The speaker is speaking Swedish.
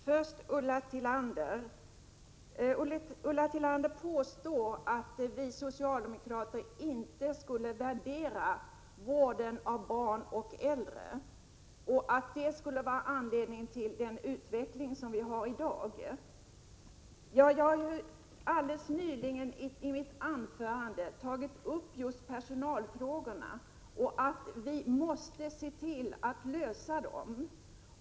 Herr talman! Ulla Tillander påstår att vi socialdemokrater inte värderar vården av barn och äldre och att detta skulle vara anledningen till den utveckling som vi har i dag. Jag har helt nyligen i mitt anförande tagit upp just personalfrågorna och sagt att vi måste se till att lösa dem.